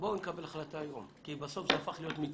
בוא נקבל החלטה היום, כי בסוף זה הופך להיות מצרך